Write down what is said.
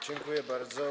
Dziękuję bardzo.